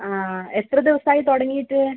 ആ എത്ര ദിവസമായി തുടങ്ങിയിട്ട്